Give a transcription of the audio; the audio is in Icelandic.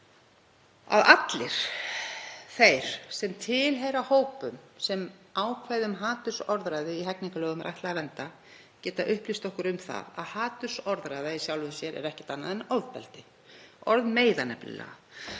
að allir þeir sem tilheyra hópum sem ákvæðum um hatursorðræðu í hegningarlögum er ætlað að vernda geta upplýst okkur um að hatursorðræða er í sjálfu sér ekkert annað en ofbeldi. Orð meiða nefnilega